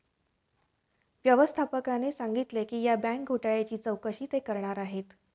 व्यवस्थापकाने सांगितले की या बँक घोटाळ्याची चौकशी ते करणार आहेत